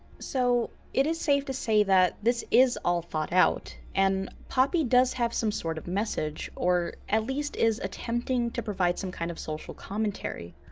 so it is safe to say that this is all thought out and poppy does have some sort of message or at least is attempting to provide some kind of social commentary.